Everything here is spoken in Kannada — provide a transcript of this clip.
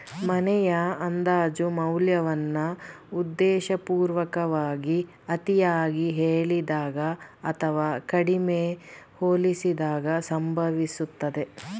ಮನೆಯ ಅಂದಾಜು ಮೌಲ್ಯವನ್ನ ಉದ್ದೇಶಪೂರ್ವಕವಾಗಿ ಅತಿಯಾಗಿ ಹೇಳಿದಾಗ ಅಥವಾ ಕಡಿಮೆ ಹೋಲಿಸಿದಾಗ ಸಂಭವಿಸುತ್ತದೆ